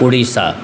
Orissa